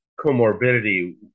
comorbidity